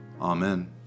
Amen